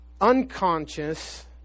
unconscious